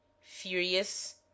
furious